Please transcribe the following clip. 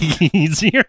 easier